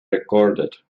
recorded